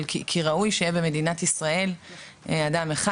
אלא כי ראוי שבמדינת ישראל יהיה אדם אחד,